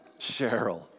Cheryl